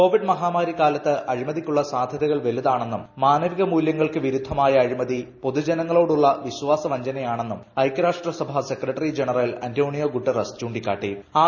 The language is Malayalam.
കോവിഡ് മഹാമാരിയുടെ കാലത്ത് അഴിമതിക്കുള്ള സാധ്യതകൾ വലുതാണെന്നും മാനവിക മൂല്യങ്ങൾക്ക് വിരുദ്ധമായ അഴിമതി പൊതു ജനങ്ങളോടുള്ള വിശ്വാസ വഞ്ചനയാണെന്നും ഐക്യരാഷ്ട്രസഭാ സെക്രട്ടറി ജനറൽ അന്തോണിയോ ഗുട്ടറാസ് അഭിപ്രായപ്പെട്ടു